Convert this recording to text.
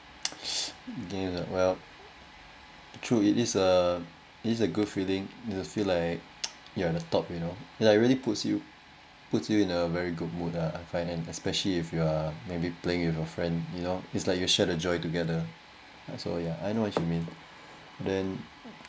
again well true it is a it is a good feeling you feel like you are the top you know like really puts you puts you in a very good mood ah I find and especially if you are maybe playing with a friend you know it's like you share the joy together ah so yeah I know what you mean then